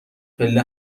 پله